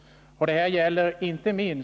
21 april 1981